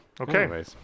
Okay